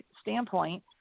standpoint